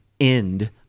end